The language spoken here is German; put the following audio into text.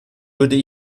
würde